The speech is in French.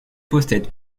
possède